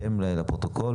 וכו'.